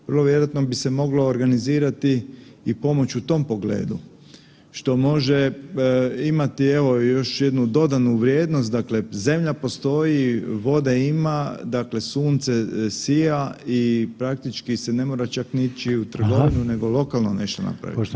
Vrlo vjerojatno bi se moglo organizirati i pomoć u to pogledu, što može imati evo još jednu dodanu vrijednost, dakle zemlja postoji, vode ima, dakle sunce sija i praktički se ne mora čak ni ići u trgovinu nego lokalno nešto napravit.